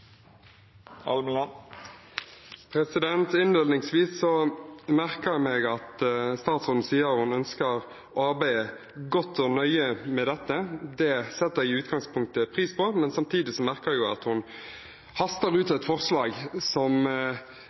Innledningsvis merker jeg meg at statsråden sier hun ønsker å arbeide godt og nøye med dette. Det setter jeg i utgangspunktet pris på, men samtidig merker jeg at hun haster med et forslag som